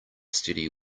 steady